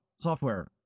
software